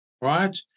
right